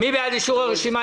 מי בעד אישור הרשימה?